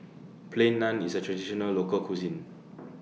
Plain Naan IS A Traditional Local Cuisine